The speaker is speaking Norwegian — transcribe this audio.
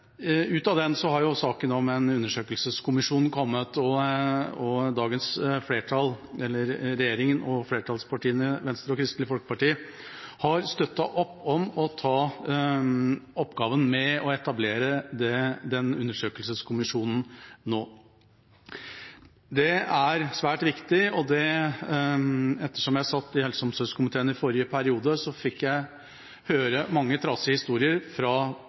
Ut av det har saken om en undersøkelseskommisjon kommet, og dagens flertall – regjeringa og flertallspartiene, Venstre og Kristelig Folkeparti – har støttet opp om å ta oppgaven med å etablere den undersøkelseskommisjonen nå. Det er svært viktig. Ettersom jeg satt i helse- og omsorgskomiteen i forrige periode, fikk jeg høre mange trasige historier fra